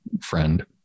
friend